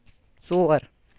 ژور